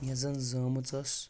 یۄس زن زامٕژ أس